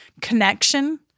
connection